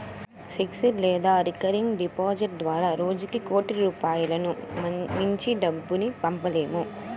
fixed లేదా recurring డిపాజిట్ల ద్వారా రోజుకి కోటి రూపాయలకు మించి డబ్బుల్ని పంపలేము